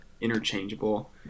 interchangeable